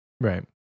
Right